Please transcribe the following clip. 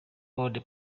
all